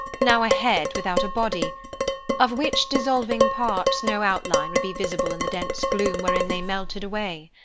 now a head without a body of which dissolving parts, no outline would be visible in the dense gloom wherein they melted away.